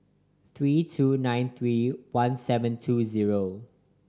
three two nine three one seven two zero